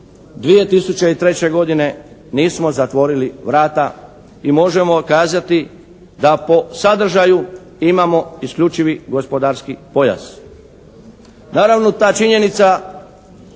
2003. godine nismo zatvorili vrata i možemo kazati da po sadržaju imamo isključivi gospodarski pojas. Naravno, ta činjenica